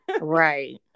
Right